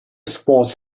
sports